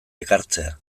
ekartzea